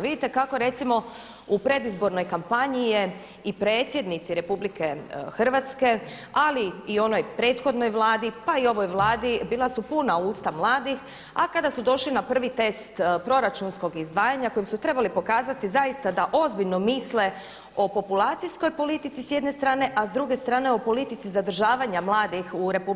Vidite kako recimo u predizbornoj kampanji je i predsjednici RH ali i onoj prethodnoj Vladi, pa i ovoj Vladi bila su puna usta mladih, a kada su došli na pravi test proračunskog izdvajanja kojim su trebali pokazati zaista da ozbiljno misle o populacijskoj politici s jedne strane a s druge strane o politici zadržavanja mladih u RH